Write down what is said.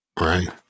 Right